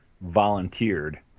volunteered